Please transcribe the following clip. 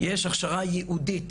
יש הכשרה ייעודית,